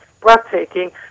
breathtaking